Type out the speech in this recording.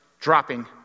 dropping